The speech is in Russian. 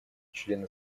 члены